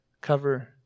cover